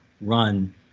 run